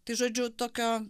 tai žodžiu tokio